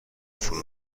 فرو